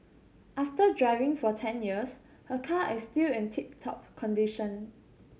after driving for ten years her car is still in tip top condition